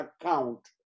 account